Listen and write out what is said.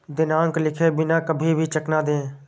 दिनांक लिखे बिना कभी भी चेक न दें